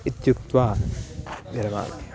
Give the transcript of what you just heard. इत्युक्त्वा विरमामि